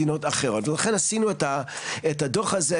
ולכן עשינו את הדוח הזה,